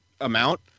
amount